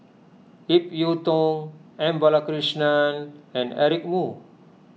Ip Yiu Tung M Balakrishnan and Eric Moo